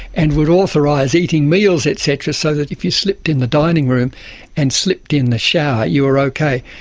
and would authorise eating meals et cetera, so that if you slipped in the dining room and slipped in the shower you were okay.